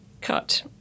Cut